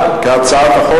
כהצעת הוועדה.